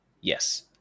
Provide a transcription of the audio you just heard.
Yes